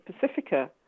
Pacifica